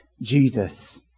Jesus